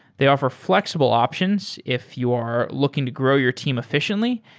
they offer flexible options if you're looking to grow your team efficiently,